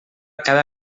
cada